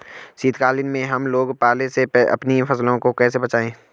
शीतकालीन में हम लोग पाले से अपनी फसलों को कैसे बचाएं?